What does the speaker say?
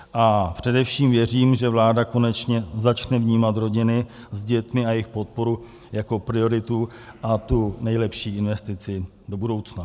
A především věřím, že vláda konečně začne vnímat rodiny s dětmi a jejich podporu jako prioritu a tu nejlepší investici do budoucna.